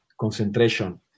concentration